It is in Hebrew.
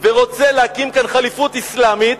ורוצה להקים כאן ח'ליפות אסלאמית,